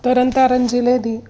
ਤਰਨ ਤਾਰਨ ਜ਼ਿਲ੍ਹੇ ਦੀ